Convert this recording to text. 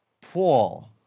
Paul